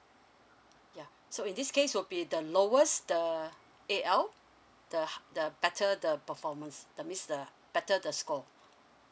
ya so in this case would be the lowest the A_L the the better the performance that means the better the score